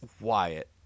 Wyatt